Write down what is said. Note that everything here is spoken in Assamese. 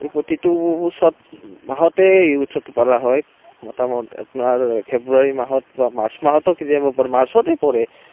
প্ৰতিটো মাহতে এই উৎসৱটো পালা হয় আপোনাৰ ফেব্ৰুৱাৰী মাহত বা মাৰ্চ মাহতো কেতিয়াবা পৰে মাৰ্চতে পৰে